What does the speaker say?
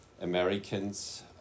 Americans